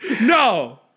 No